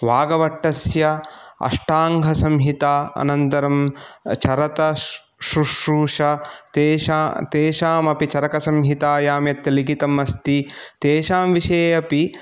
वाग्भटस्य अष्टाङ्गसंहिता अनन्तरं चरकसुश्रुतौ तेषा तेषां अपि चरखसंहितायां यत् लिखितं अस्ति तेषां विषये अपि